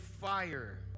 fire